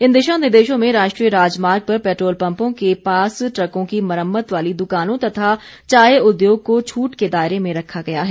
इन दिशा निर्देशों में राष्ट्रीय राजमार्ग पर पेट्रोल पंपों के पास ट्रकों की मरम्मत वाली दुकानों तथा चाय उद्योग को छूट के दायरे में रखा गया है